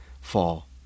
fall